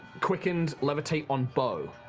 quickened levitate on beau.